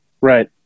Right